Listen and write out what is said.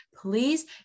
please